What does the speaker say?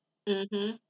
mmhmm